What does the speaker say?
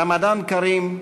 רמדאן כרים,